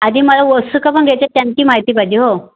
आधी मला वस्तू पण घ्यायची आहे त्यांची माहिती पाहिजे हो